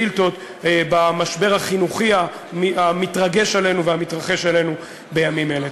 במשבר החינוכי המתרגש עלינו והמתרחש אצלנו בימים אלו.